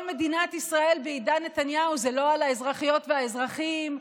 כל מדינת ישראל בעידן נתניהו זה לא על האזרחיות והאזרחים,